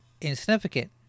insignificant